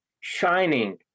shining